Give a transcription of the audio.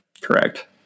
correct